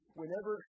whenever